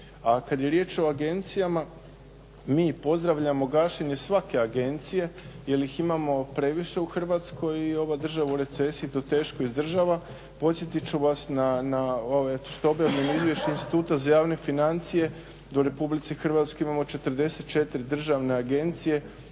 A kad je riječ o agencijama mi pozdravljamo gašenje svake agencije jer ih imamo previše u Hrvatskoj i ova država u recesiji to teško izdržava. Podsjetit ću vas na ovo objavljeno izvješće Instituta za javne financije da u RH imamo 44 državne agencije